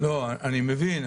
אני מבין,